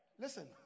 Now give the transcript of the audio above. Listen